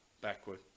backward